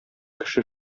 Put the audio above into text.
кеше